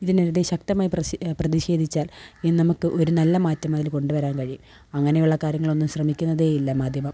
ഇതിനെതിരെ ശക്തമായി പ്രതിഷേധിച്ചാല് ഇന്ന് നമുക്ക് ഒരു നല്ല മാറ്റം അതിൽ കൊണ്ടുവരാന് കഴിയും അങ്ങനെയുള്ള കാര്യങ്ങള് ഒന്ന് ശ്രമിക്കുന്നതേ ഇല്ല മാധ്യമം